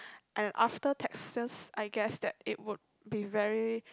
and after taxes I guess that it would be very